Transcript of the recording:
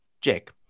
Jake